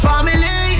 Family